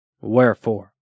wherefore